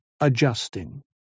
adjusting